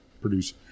produce